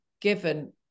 given